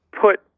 put